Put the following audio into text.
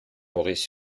maurice